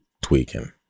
tweaking